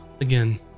again